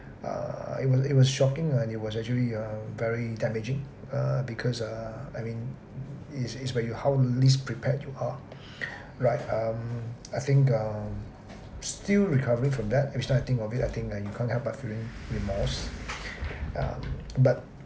err it was it was shocking lah and it was actually err very damaging err because uh I mean it is is where how least prepared you are right um I think uh still recovering from that each time I think of it I think uh you can't help but feeling remorse um but